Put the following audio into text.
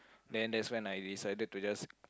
then that's when I decided to just